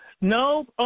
No